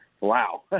wow